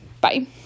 Bye